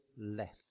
left